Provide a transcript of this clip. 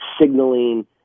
signaling